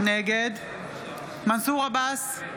נגד מנסור עבאס,